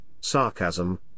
sarcasm